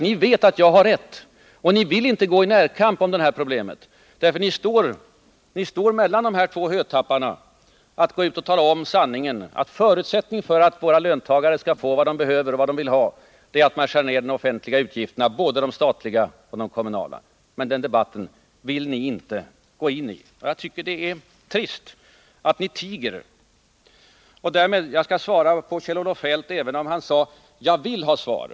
De vet att jag har rätt, och de vill inte gå i närkamp om detta problem. Socialdemokraterna står nämligen mellan två hötappar. De vill inte gå ut och tala om sanningen, att förutsättningen för att våra löntagare skall få vad de behöver och vad de vill ha är att vi skär ner de offentliga utgifterna, både de statliga och de kommunala. Men denna debatt vill inte socialdemokraterna gå in i, och det är trist att de tiger. Jag skall svara på Jörn Svenssons fråga, även om han sade: Jag vill ha svar.